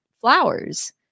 flowers